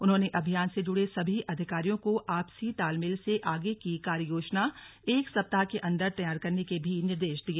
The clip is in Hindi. उन्होंने अभियान से जुड़े सभी अधिकारियों को आपसी तालमेल से आगे की कार्य योजना एक सप्ताह के अंदर तैयार करने के भी निर्देश दिए